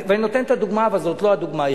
אני נותן את הדוגמה אבל זאת לא הדוגמה היחידה.